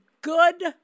good